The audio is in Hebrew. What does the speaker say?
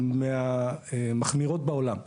מהמחמירות בעולם,